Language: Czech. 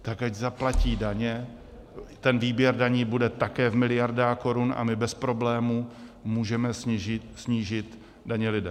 Tak ať zaplatí daně, ten výběr daní bude také v miliardách korun a my bez problému můžeme snížit daně lidem.